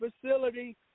facility